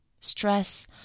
Stress